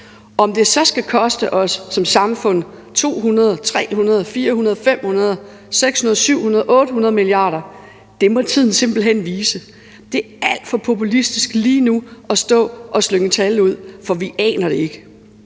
som samfund skal koste os 200, 300, 400, 500, 600, 700 eller 800 mia. kr., må tiden simpelt hen vise. Det er alt for populistisk lige nu at stå og slynge et tal ud, for vi aner det ikke.